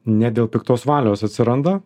ne dėl piktos valios atsiranda